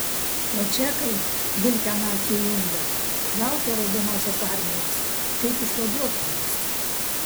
o čekai vilkę nacių jungą laukė raudonosios armijos kaip išvaduotojos